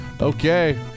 Okay